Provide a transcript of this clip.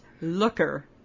looker